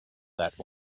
that